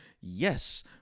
Yes